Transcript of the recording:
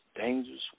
dangerous